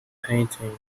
painting